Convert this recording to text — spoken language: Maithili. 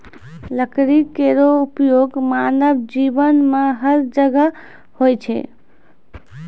लकड़ी केरो उपयोग मानव जीवन में हर जगह होय छै